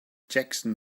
jackson